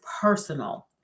personal